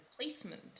placement